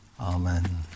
Amen